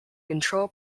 control